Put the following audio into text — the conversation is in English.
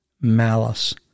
malice